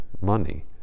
money